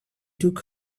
took